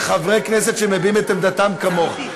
יש כאן חברי כנסת שמביעים את עמדתם כמוך.